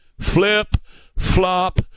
Flip-flop